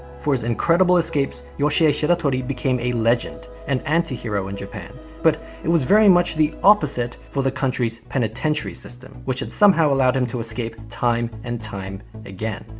for his incredible escapes, yoshie shiratori became a legend, an antihero in japan. but it was very much the opposite for the country's penitentiary system, which had somehow allowed him to escape time and time again.